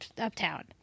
Uptown